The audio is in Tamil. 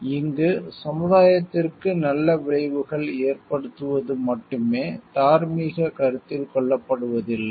எனவே இங்கு சமுதாயத்திற்கு நல்ல விளைவுகள் ஏற்படுத்துவது மட்டுமே தார்மீகக் கருத்தில் கொள்ளப்படுவதில்லை